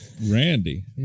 Randy